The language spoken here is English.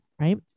right